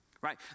right